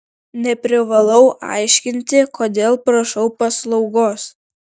neprivalau aiškinti kodėl prašau paslaugos